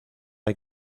hay